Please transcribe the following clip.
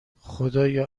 خدایا